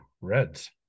reds